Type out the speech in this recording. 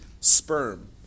sperm